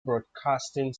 broadcasting